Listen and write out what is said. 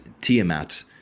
Tiamat